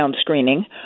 screening